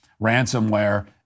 ransomware